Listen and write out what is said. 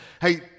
hey